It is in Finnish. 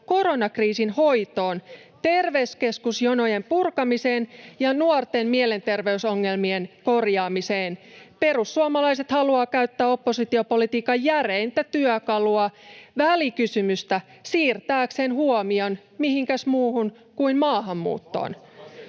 koronakriisin hoitoon, terveyskeskusjonojen purkamiseen ja nuorten mielenterveysongelmien korjaamiseen, perussuomalaiset haluavat käyttää oppositiopolitiikan järeintä työkalua, välikysymystä, siirtääkseen huomion, mihinkäs muuhun kuin, maahanmuuttoon.